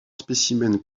spécimens